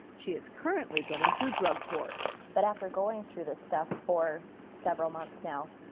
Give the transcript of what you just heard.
she is currently going through drug court. but after going through this stuff for several months now,